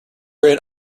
ran